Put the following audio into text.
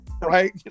Right